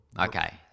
Okay